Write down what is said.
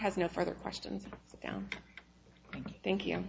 has no further questions now thank you